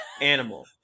animal